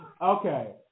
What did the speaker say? Okay